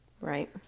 Right